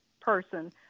person